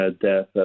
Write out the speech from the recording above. death